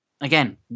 again